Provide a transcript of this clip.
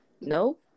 No